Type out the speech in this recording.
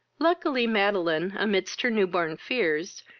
luckily, madeline, amidst her new born fears,